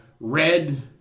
red